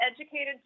educated